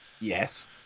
yes